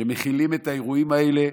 שמכילים את האירועים האלה,